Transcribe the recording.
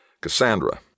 Cassandra